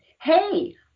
hey